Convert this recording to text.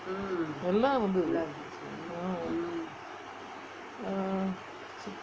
எல்லாம் இருந்தது:ellam irunthathu